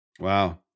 Wow